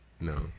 no